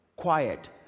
Quiet